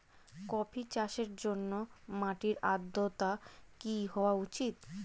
Coffee চাষের জন্য মাটির আর্দ্রতা কি হওয়া উচিৎ?